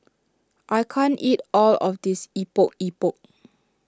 I can't eat all of this Epok Epok